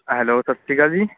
hello ਸਤਿ ਸ਼੍ਰੀ ਅਕਾਲ ਜੀ